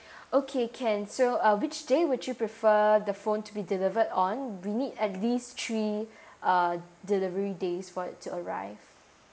okay can so uh which day would you prefer the phone to be delivered on we need at least three uh delivery days for it to arrived